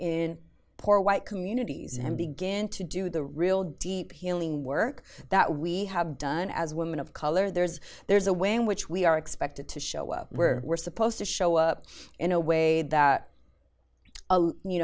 in poor white communities and begin to do the real deep healing work that we have done as women of color there's there's a way in which we are expected to show up where we're supposed to show up in a way that